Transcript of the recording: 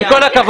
עם כל הכבוד,